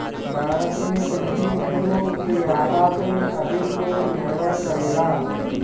भारत में कृषि उद्योग पे आधा से अधिक लोग निर्भर करेला